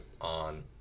on